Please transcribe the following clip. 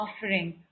offering